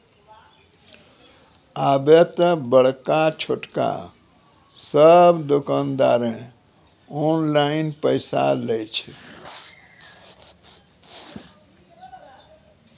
आबे त बड़का छोटका सब दुकानदारें ऑनलाइन पैसा लय छै